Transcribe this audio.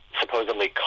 supposedly